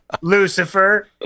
Lucifer